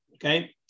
Okay